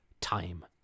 time